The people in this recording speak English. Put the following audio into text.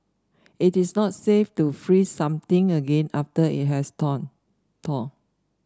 it is not safe to freeze something again after it has thawed thawed